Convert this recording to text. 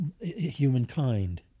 humankind